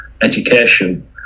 education